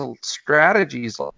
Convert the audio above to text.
strategies